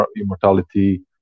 immortality